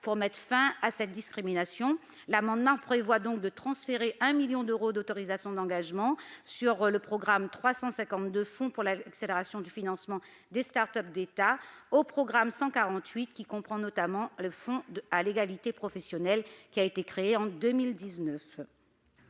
pour mettre fin à cette discrimination. L'amendement tend à transférer 1 million d'euros d'autorisations d'engagement du programme 352, « Fonds pour l'accélération du financement des start-up d'État », vers le programme 148, qui comprend notamment le fonds en faveur de l'égalité professionnelle créé en 2019.